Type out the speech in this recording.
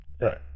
Right